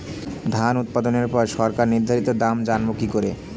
ধান উৎপাদনে পর সরকার নির্ধারিত দাম জানবো কি করে?